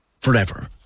forever